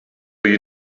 you